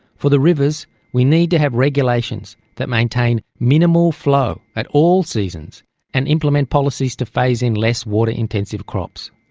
for the rivers we need to have regulations that maintain minimal flow at all seasons and implement policies to phase in less water-intensive crops.